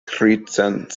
tricent